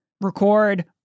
record